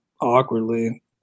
awkwardly